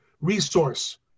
resource